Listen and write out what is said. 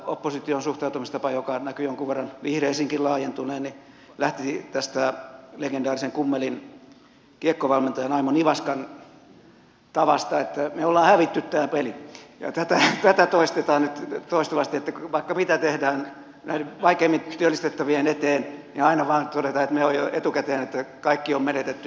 nyt tämä opposition suhtautumistapa joka näkyi jonkun verran vihreisiinkin laajentuneen lähti tästä legendaarisen kummelin kiekkovalmentajan aimo nivaskan tavasta sanoa että me ollaan hävitty tää peli ja tätä toistetaan nyt toistuvasti että vaikka mitä tehdään näiden vaikeimmin työllistettävien eteen niin aina vaan todetaan jo etukäteen että kaikki on menetetty